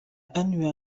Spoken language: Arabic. أنوي